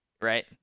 Right